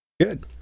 Good